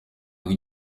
ubwo